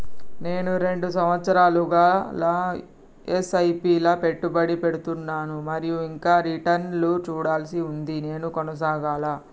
నేను రెండు సంవత్సరాలుగా ల ఎస్.ఐ.పి లా పెట్టుబడి పెడుతున్నాను మరియు ఇంకా రిటర్న్ లు చూడాల్సి ఉంది నేను కొనసాగాలా?